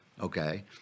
Okay